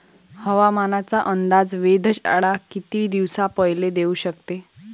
हवामानाचा अंदाज वेधशाळा किती दिवसा पयले देऊ शकते?